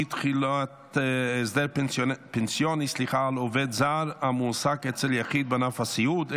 אי-תחולת הסדר פנסיוני על עובד זר המועסק אצל יחיד בענף הסיעוד),